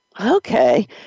Okay